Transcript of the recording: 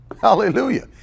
Hallelujah